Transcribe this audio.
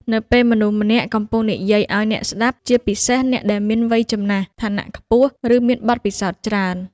នៅពេលមនុស្សម្នាក់កំពុងនិយាយអោយអ្នកស្ដាប់ ជាពិសេសអ្នកដែលមានវ័យចំណាស់ ឋានៈខ្ពស់ ឬមានបទពិសោធន៍ច្រើន។